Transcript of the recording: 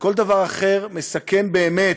וכל דבר אחר מסכן באמת,